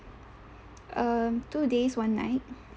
um two days one night